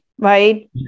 Right